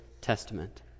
Testament